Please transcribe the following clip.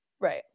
right